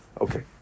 Okay